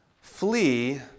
Flee